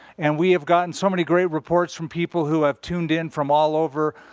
and we have gotten so many great reports from people who have tuned in from all over.